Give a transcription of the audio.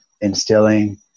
instilling